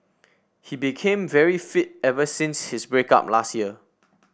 he became very fit ever since his break up last year